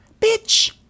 bitch